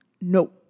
no